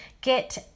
get